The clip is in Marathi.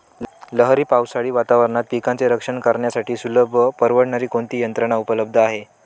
लहरी पावसाळी वातावरणात पिकांचे रक्षण करण्यासाठी सुलभ व परवडणारी कोणती यंत्रणा उपलब्ध आहे?